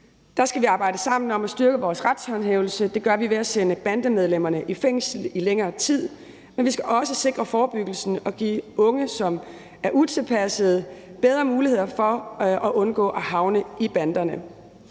Der skal vi arbejde sammen om at styrke vores retshåndhævelse, og det gør vi ved at sende bandemedlemmerne i fængsel i længere tid, men vi skal også sikre forebyggelsen og give unge, som er utilpassede, bedre muligheder for at undgå at havne i banderne.